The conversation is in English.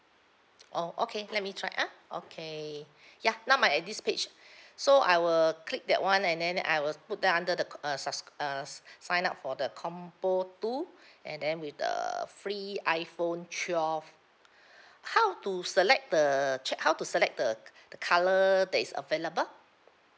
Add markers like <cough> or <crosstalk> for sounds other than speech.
oh okay let me try ah okay ya now I'm at this page so I will click that [one] and then I was put down under the uh subs~ uh s~ sign up for the combo two and then with the free iphone twelve <breath> how to select the check how to select the co~ the colour that is available